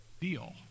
deal